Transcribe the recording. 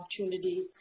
opportunity